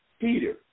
Peter